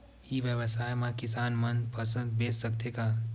ई व्यवसाय म किसान मन फसल बेच सकथे का?